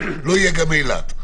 לא יהיה גם אילת.